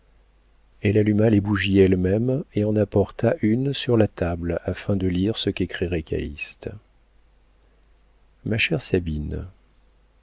elle alluma les bougies elle-même et en apporta une sur la table afin de lire ce qu'écrirait calyste ma chère sabine